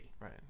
Right